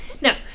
no